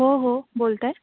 हो हो बोलत आहे